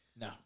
No